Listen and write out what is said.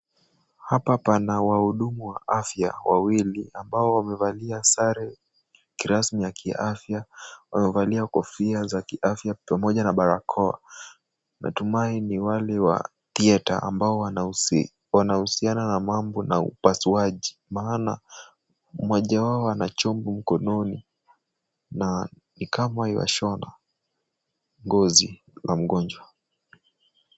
Hapa pana wahudumu wa afya wawili, ambao wamevalia sare kirasmi ya kiafya. Wamevalia kofia za kiafya, pamoja na barakoa. Natumai ni wale wa theater ambao wanahusiana na mambo ya upasuaji. Maana mmoja wao ana chombo mkononi, na ni kama yuashona ngozi wa mgonjwa.